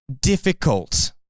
difficult